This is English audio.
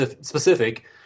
specific